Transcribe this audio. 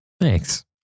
Thanks